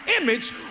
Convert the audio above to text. image